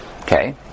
Okay